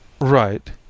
Right